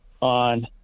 on